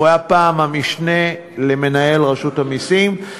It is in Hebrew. הוא היה פעם המשנה למנהל רשות המסים,